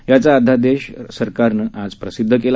याचा अध्यादेश सरकारने आज प्रसिद्ध केला